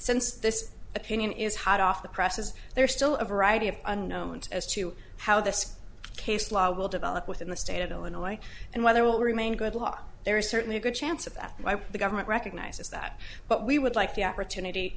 since this opinion is hot off the presses there are still a variety of unknown as to how this case law will develop within the state of illinois and whether will remain a good law there is certainly a good chance of that the government recognizes that but we would like the opportunity